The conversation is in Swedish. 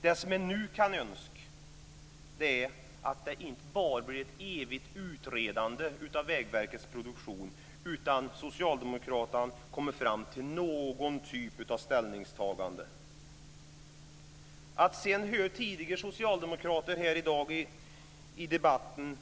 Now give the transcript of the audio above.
Det man nu kan önska sig är att det inte bara blir ett evigt utredande av Vägverket Produktion utan att Socialdemokraterna kommer fram till någon typ av ställningstagande. Att tidigare höra socialdemokrater här i debatten